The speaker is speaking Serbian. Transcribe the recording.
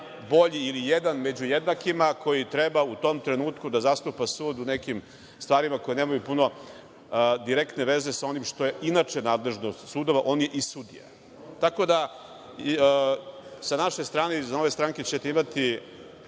najbolji ili jedan među jednakima koji treba u tom trenutku da zastupa sud u nekim stvarima koje nemaju puno direktne veze sa onim što je inače nadležnost sudova i sudija. Tako da sa naše strane iz Nove stranke ćete imati amandmane